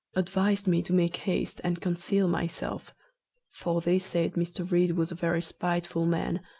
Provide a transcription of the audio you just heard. advised me to make haste and conceal myself for they said mr. read was a very spiteful man,